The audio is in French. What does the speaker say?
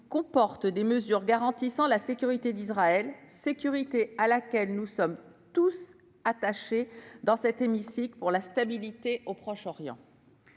comporte des mesures garantissant la sécurité d'Israël, sécurité à laquelle nous sommes toutes et tous attachés dans cet hémicycle pour la stabilité du Proche-Orient.